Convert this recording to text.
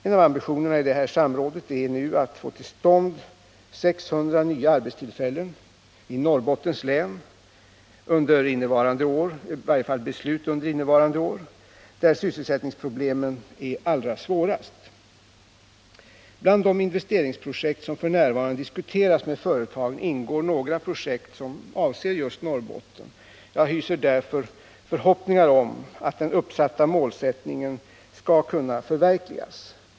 En av ambitionerna i samrådet är nu att få till stånd 600 nya arbetstillfällen i Norrbottens län under innevarande år —i varje fall beslut under innevarande år — där sysselsättningsproblemen är allra svårast. Bland de investeringsprojekt som f. n. diskuteras med företag ingår några som avser just Norrbotten. Jag hyser därför förhoppningar om att den uppsatta målsättningen skall kunna förverkligas.